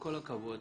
כל הכבוד,